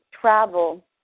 travel